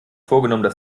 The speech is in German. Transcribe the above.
vorgenommen